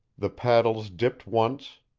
the paddles dipped once,